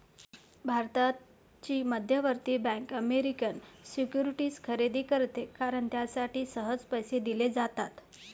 भारताची मध्यवर्ती bank American securities खरेदी करते कारण त्यासाठी सहज पैसे दिले जातात